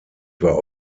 war